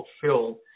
fulfilled